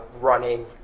running